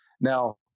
Now